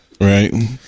Right